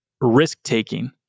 risk-taking